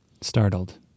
startled